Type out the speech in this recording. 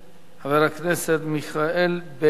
חבר הכנסת מיכאל בן-ארי.